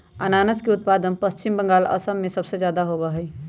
अनानस के उत्पादन पश्चिम बंगाल, असम में सबसे ज्यादा होबा हई